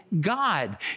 God